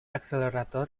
accelerator